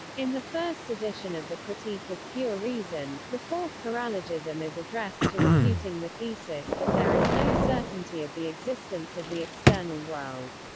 in the first edition of the critique of pure reason, the fourth paralogism is addressed to refuting the thesis that there is no certainty of the existence of the external world.